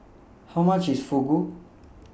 How much IS Fugu